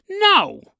No